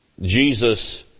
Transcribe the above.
Jesus